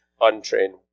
untrained